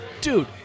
Dude